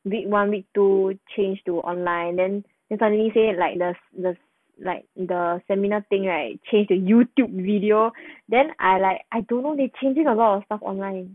week one week two change to online then then suddenly say like the the like the seminar thing right change to youtube video then I like I don't know they changing or not stuff online